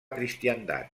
cristiandat